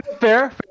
Fair